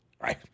Right